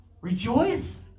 Rejoice